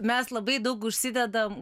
mes labai daug užsidedam